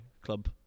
club